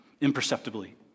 imperceptibly